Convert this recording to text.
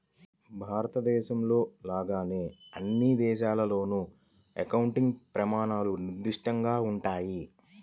భారతదేశంలో లాగానే అన్ని దేశాల్లోనూ అకౌంటింగ్ ప్రమాణాలు నిర్దిష్టంగా ఉంటాయి